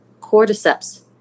Cordyceps